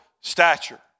stature